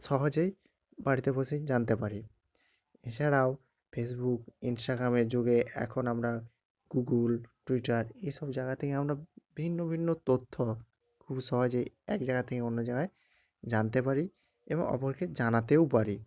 সহজেই বাড়িতে বসেই জানতে পারি এছাড়াও ফেসবুক ইনস্টাগ্রামের যুগে এখন আমরা গুগল টুইটার এইসব জায়গা থেকে আমরা ভিন্ন ভিন্ন তথ্য খুব সহজেই এক জায়গা থেকে অন্য জায়গায় জানতে পারি এবং অপরকে জানাতেও পারি